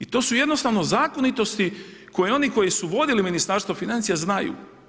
I to su jednostavno zakonitosti, koje oni koji su vodili Ministarstvo financija, znaju.